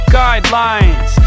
guidelines